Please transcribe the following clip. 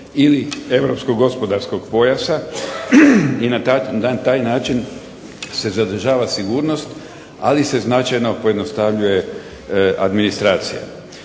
ili europskog gospodarskog pojasa i na taj način se zadržava sigurnost ali se značajno pojednostavnjuje administracija.